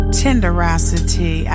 tenderosity